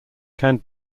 can